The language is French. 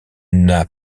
n’a